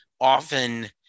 often